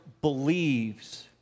believes